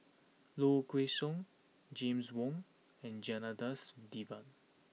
Low Kway Song James Wong and Janadas Devan